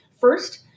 First